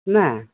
मा